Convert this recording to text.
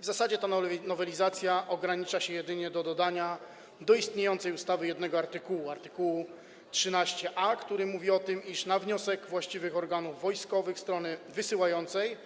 W zasadzie ta nowelizacja ogranicza się jedynie do dodania do istniejącej ustawy jednego artykułu, art. 13a, który mówi o tym, iż na wniosek właściwych organów wojskowych strony wysyłającej